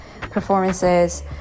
performances